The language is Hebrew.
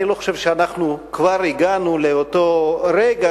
אני לא חושב שאנחנו כבר הגענו לאותו רגע